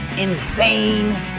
Insane